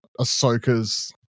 Ahsoka's